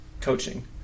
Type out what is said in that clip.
coaching